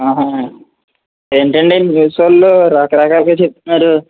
ఏంటండీ న్యూస్ వాళ్ళు రకరకాలుగా చెప్తున్నారు